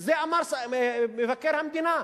את זה אמר מבקר המדינה.